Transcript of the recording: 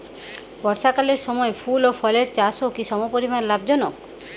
বর্ষাকালের সময় ফুল ও ফলের চাষও কি সমপরিমাণ লাভজনক?